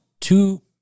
two